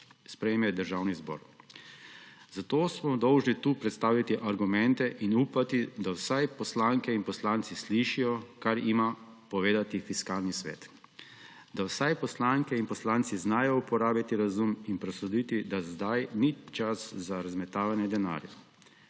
sprejme Državni zbor. Zato smo dolžni tu predstaviti argumente in upati, da vsaj poslanke in poslanci slišijo, kar ima povedati Fiskalni svet, da vsaj poslanke in poslanci znajo uporabiti razum in presoditi, da zdaj ni čas za razmetavanje denarja,